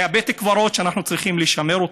זה בית קברות שאנחנו צריכים לשמר,